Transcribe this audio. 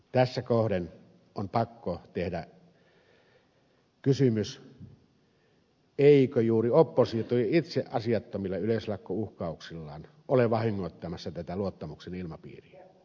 tässä kohden on pakko tehdä kysymys eikö juuri oppositio itse asiattomilla yleislakkouhkauksillaan ole vahingoittamassa tätä luottamuksen ilmapiiriä